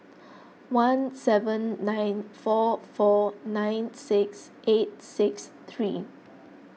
one seven nine four four nine six eight six three